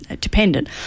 dependent